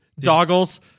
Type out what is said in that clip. Doggles